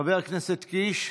חבר הכנסת קיש.